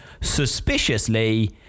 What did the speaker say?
suspiciously